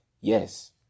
Yes